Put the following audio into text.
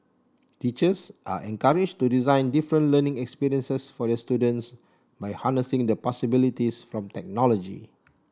teachers are encouraged to design different learning experiences for their students by harnessing the possibilities from technology